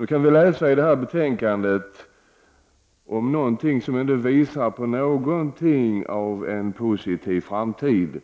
I detta betänkande kan vi läsa om någonting som ändå tyder på en positiv framtid,